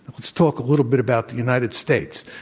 let's talk a little bit about the united states.